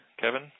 Kevin